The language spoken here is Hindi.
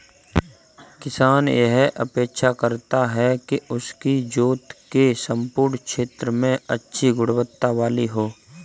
किसान यह अपेक्षा करता है कि उसकी जोत के सम्पूर्ण क्षेत्र में अच्छी गुणवत्ता वाली हो